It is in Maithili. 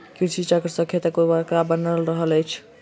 कृषि चक्र सॅ खेतक उर्वरता बनल रहैत अछि